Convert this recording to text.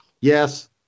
Yes